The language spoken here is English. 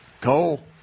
Cole